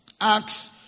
Acts